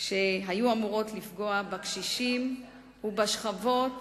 שהיו אמורות לפגוע בקשישים ובשכבות